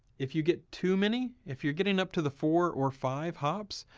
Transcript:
if you get too many, if you're getting up to the four or five hops,